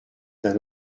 d’un